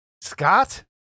Scott